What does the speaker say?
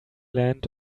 land